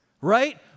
Right